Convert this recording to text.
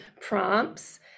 prompts